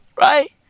Right